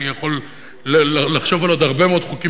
אני יכול לחשוב על עוד הרבה מאוד חוקים